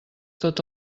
tot